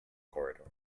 corridor